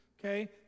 Okay